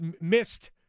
missed